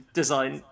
design